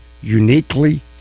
uniquely